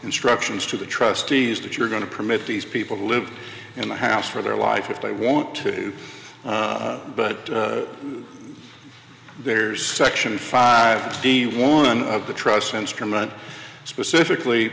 instructions to the trustees that you're going to permit these people to live in the house for their life if they want to but they're section five the one of the trust instrument specifically